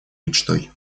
мечтой